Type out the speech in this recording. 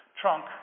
trunk